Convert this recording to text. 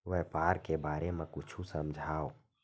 व्यापार के बारे म कुछु समझाव?